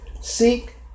Seek